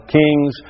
kings